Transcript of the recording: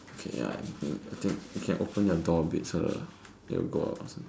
okay ya you can I think you can open your door a bit so it'll go out or some